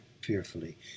fearfully